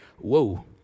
Whoa